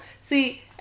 See